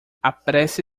apresse